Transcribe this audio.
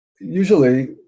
usually